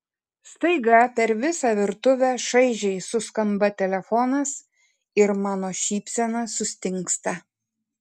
staiga per visą virtuvę šaižiai suskamba telefonas ir mano šypsena sustingsta